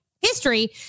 history